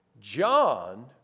John